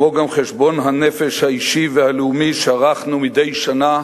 כמו גם חשבון הנפש האישי והלאומי שערכנו מדי שנה